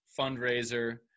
fundraiser